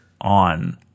on